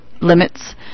limits